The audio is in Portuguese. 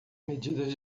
medidas